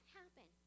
happen